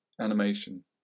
animation